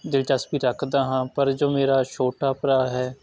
ਦਿਲਚਸਪੀ ਰੱਖਦਾ ਹਾਂ ਪਰ ਜੋ ਮੇਰਾ ਛੋਟਾ ਭਰਾ ਹੈ